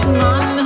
man